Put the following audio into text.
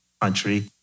country